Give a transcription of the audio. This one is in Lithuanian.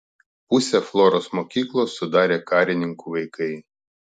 pusę floros mokyklos sudarė karininkų vaikai